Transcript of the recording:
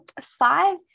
Five